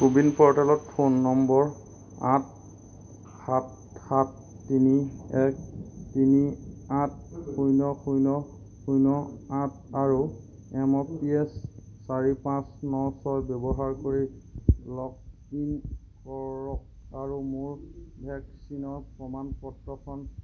CoWIN প'ৰ্টেলত phone নম্বৰ আঠ সাত সাত তিনি এক তিনি আঠ শূন্য শূন্য শূন্য আঠ আৰু চাৰি পাঁচ ন ছয় ব্যৱহাৰ কৰি লগ ইন কৰক আৰু মোৰ ভেকচিনৰ প্ৰমাণ পত্ৰখন